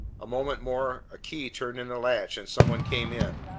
a moment more a key turned in the latch, and some one came in.